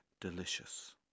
delicious